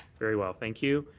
very well. thank you.